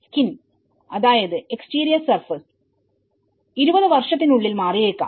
skin അതായത് exterior surface 20 വർഷത്തിനുള്ളിൽ മാറിയേക്കാം